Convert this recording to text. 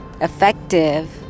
effective